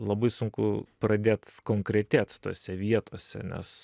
labai sunku pradėt konkretėt tose vietose nes